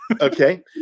okay